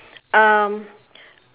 um